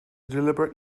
deliberate